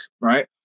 right